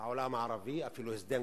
העולם הערבי, אפילו הסדר גרוע,